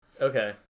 Okay